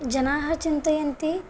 जनाः चिन्तयन्ति